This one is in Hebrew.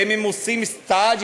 האם הם עושים סטאז'?